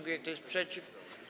Kto jest przeciw?